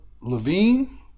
Levine